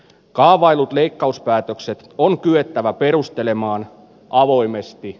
kaavailut leikkauspäätökset on kyettävä perustelemaan avoimesti